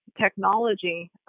technology